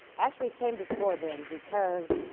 actually it came before then because